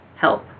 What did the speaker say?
help